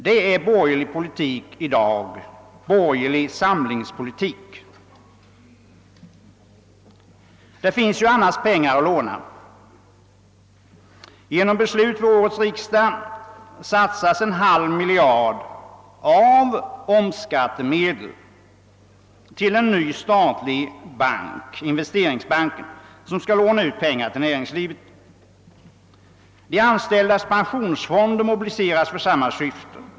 Det är borgerlig samlingspolitik av i dag. Det finns ju annars pengar att låna. Genom beslut vid årets riksdag satsas en halv miljard i omsättningsskattemedel till en ny statlig bank, Investeringsbanken, som skall låna ut pengar till näringslivet. De anställdas pensionsfonder mobiliseras för samma syfte.